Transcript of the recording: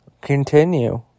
continue